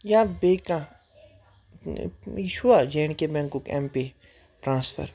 یا بیٚیہِ کانٛہہ یہِ چھُوا جے اینٛڈ کے بینٛکُک اٮ۪م پے ٹرٛانسفَر